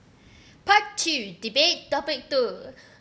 part two debate topic two